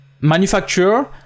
manufacturer